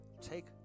take